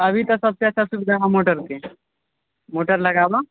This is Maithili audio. अभी तो सबसे अच्छा सुविधा हैं मोटर के मोटर लगाबऽ